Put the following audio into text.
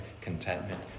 contentment